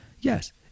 Yes